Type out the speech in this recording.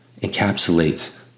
encapsulates